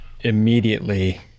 immediately